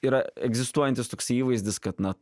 yra egzistuojantis toks įvaizdis kad na